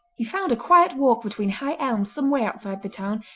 he found a quiet walk between high elms some way outside the town,